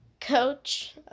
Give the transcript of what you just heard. coach